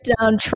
down